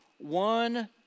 One